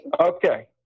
Okay